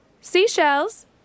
Seashells